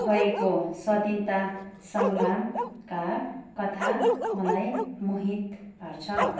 गएको स्वाधिन्ता सङ्ग्रा का कथा मलाई मोहित पार्छ